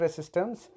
systems